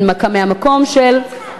הנמקה מהמקום של,